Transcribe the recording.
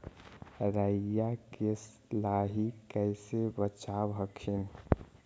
राईया के लाहि कैसे बचाब हखिन?